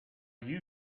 you